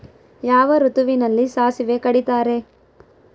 ಯಾವ ಋತುವಿನಲ್ಲಿ ಸಾಸಿವೆ ಕಡಿತಾರೆ?